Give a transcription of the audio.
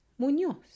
Muñoz